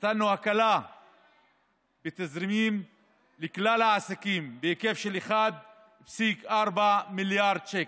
נתנו הקלה בתזרימים לכלל העסקים בהיקף של 1.4 מיליארד שקל.